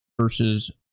versus